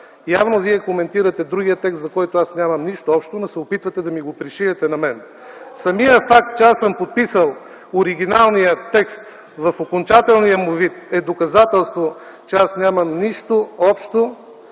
Явно вие коментирате другия текст, за който аз нямам нищо общо, но се опитвате да ми го пришиете на мен. Самият факт, че аз съм подписал оригиналния текст в окончателния му вид, е доказателство, че аз нямам нищо общо